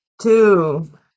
Two